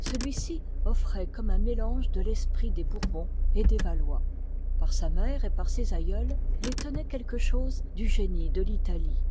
celui-ci offroit comme un mélange de l'esprit des bourbons et des valois par sa mère et par ses aïeules il tenoit quelque chose du génie de l'italie